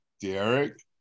Derek